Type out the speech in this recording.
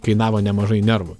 kainavo nemažai nervų